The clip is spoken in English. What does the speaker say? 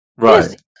Right